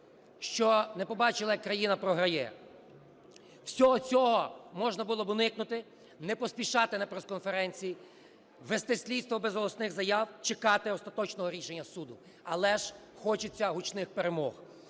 що не побачили, як країна програє. Всього цього можна було б уникнути, не поспішати на прес-конференції, вести слідство без голосних заяв, чекати остаточного рішення суду. Але ж хочеться гучних перемог.